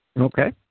Okay